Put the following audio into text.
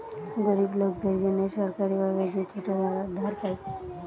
গরিব লোকদের জন্যে সরকারি ভাবে যে ছোট ধার পায়